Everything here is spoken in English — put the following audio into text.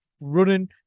running